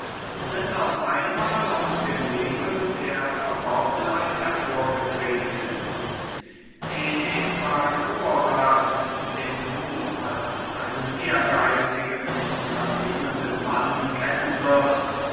sind auf einmahl aus dem nebel der verborgenheit hervorgetreten evagoras den du als einen ehrgeitzigen und unternehmenden mann kennen wirst